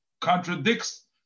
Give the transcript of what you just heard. contradicts